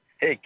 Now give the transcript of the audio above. Hey